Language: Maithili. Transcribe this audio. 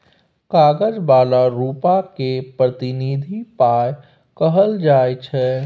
कागज बला रुपा केँ प्रतिनिधि पाइ कहल जाइ छै